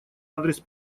адрес